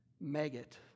maggot